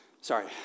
Sorry